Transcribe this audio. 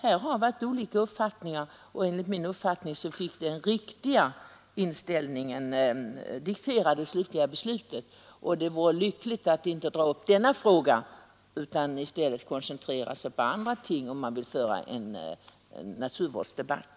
Här har varit olika uppfattningar, och enligt min åsikt fick den riktiga inställningen diktera det slutliga beslutet. 167 Det vore bäst att inte ta upp denna fråga igen utan i stället koncentrera sig på andra ting om man vill föra en naturvårdsdebatt.